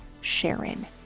Sharon